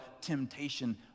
Temptation